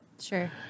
Sure